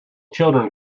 children